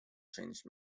changed